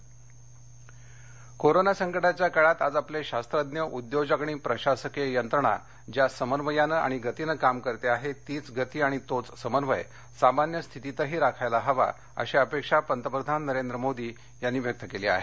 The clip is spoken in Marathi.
मोदी आढावा कोरोना संकटाच्या काळात आज आपले शास्त्रज्ञ उद्योजक आणि प्रशासकीय यंत्रणा ज्या समन्वयानं आणि गतीनं काम करते आहे तीच गती आणि तोच समन्वय सामान्य स्थितीतही राखायला हवा अशी अपेक्षा पंतप्रधान नरेंद्र मोदी यांनी व्यक्त केली आहे